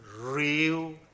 real